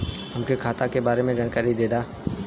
हमके खाता के बारे में जानकारी देदा?